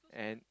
and